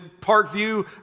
Parkview